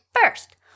First